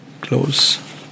close